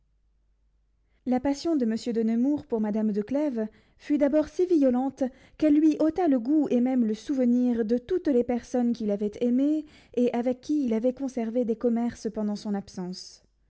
la passion de monsieur de nemours pour madame de clèves fut d'abord si violente qu'elle lui ôta le goût et même le souvenir de toutes les personnes qu'il avait aimées et avec qui il avait conservé des commerces pendant son absence